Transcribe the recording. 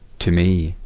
to me.